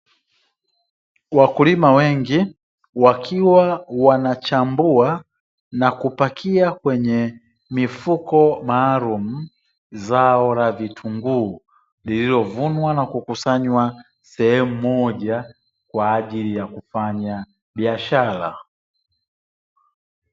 Wakulima wengi wakiwa wanachambua na kupakia kwenye mifuko maalumu, zao la vitunguu lililovunwa na kukusanywa sehemu moja kwa ajili ya kufanya biashara .